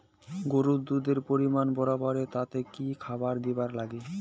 গরুর দুধ এর পরিমাণ বারেবার তানে কি খাবার দিবার লাগবে?